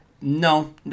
No